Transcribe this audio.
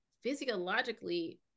physiologically